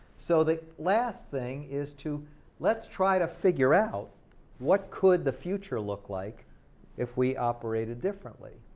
so the last thing is to let's try to figure out what could the future look like if we operated differently?